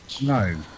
No